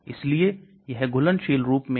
इसमें से एक prodrug बनाओ यह prodrug क्या है